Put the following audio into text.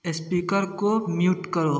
speaker को mute करो